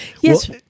yes